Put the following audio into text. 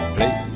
Play